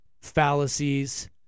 fallacies